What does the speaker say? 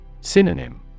Synonym